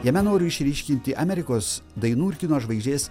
jame noriu išryškinti amerikos dainų ir kino žvaigždės